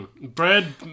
Bread